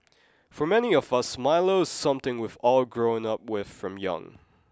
for many of us Milo is something we've all grown up with from young